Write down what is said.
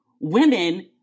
women